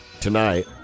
tonight